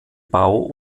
bau